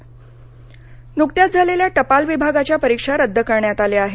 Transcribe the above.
post परीक्षा नुकत्याच झालेल्या टपाल विभागाच्या परीक्षा रद्द करण्यात आल्या आहेत